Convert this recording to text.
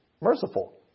merciful